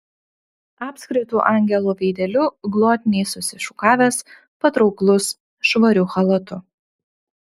apskritu angelo veideliu glotniai susišukavęs patrauklus švariu chalatu